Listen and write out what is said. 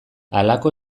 halako